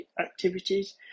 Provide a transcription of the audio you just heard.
activities